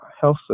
health